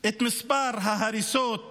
את מספר ההריסות בנגב.